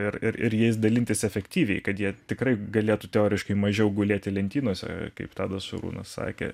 ir ir jais dalintis efektyviai kad jie tikrai galėtų teoriškai mažiau gulėti lentynose kaip tadas su arūnu sakė